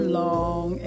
long